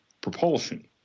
propulsion